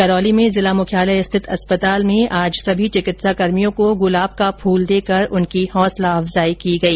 करौली में जिला मुख्यालय स्थित अस्पताल में आज सभी चिकित्साकर्मियों को गुलाब का फूल देकर उनकी हौंसलाअफजाई की गई